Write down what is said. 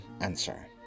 answer